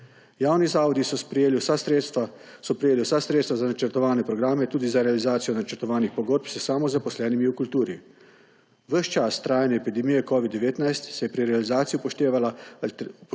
Javni zavodi so prejeli vsa sredstva za načrtovane programe, tudi za realizacijo načrtovanih pogodb s samozaposlenimi v kulturi. Ves čas trajanja epidemije covida-19 se je pri realizaciji upoštevala